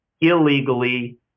illegally